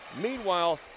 Meanwhile